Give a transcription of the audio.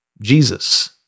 Jesus